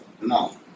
No